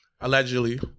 allegedly